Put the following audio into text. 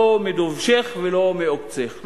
לא מדובשך ולא מעוקצך,